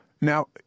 Now